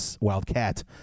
Wildcat